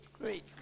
great